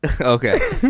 Okay